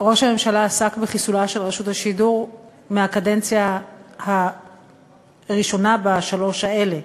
ראש הממשלה עסק בחיסולה של רשות השידור מהקדנציה הראשונה בשלוש האלה.